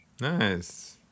Nice